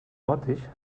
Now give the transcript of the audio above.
bottich